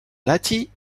lahti